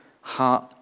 heart